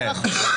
הארכות,